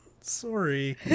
Sorry